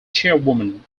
chairwoman